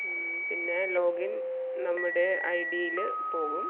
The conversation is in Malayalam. പിന്നെ ലോഗിൻ നമ്മുടെ ഐ ഡിയിൽ പോകും